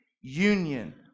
union